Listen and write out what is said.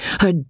Her